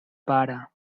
pare